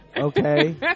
okay